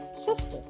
sister